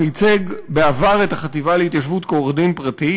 שייצג בעבר את החטיבה להתיישבות כעורך-דין פרטי,